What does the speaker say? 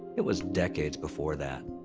it was decades before that.